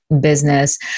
business